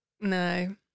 No